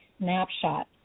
snapshot